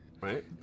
right